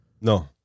No